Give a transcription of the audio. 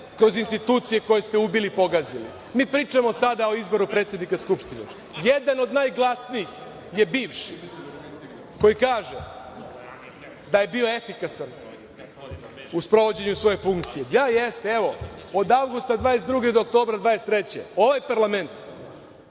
kroz institucije koje ste ubili i pogazili. Mi pričamo sada o izboru predsednika Skupštine. Jedan od najglasnijih je bivši, koji kaže – da je bio efikasan u sprovođenju svoje funkcije. Evo, od avgusta 2022. godine do oktobra 2023. godine, ovaj parlament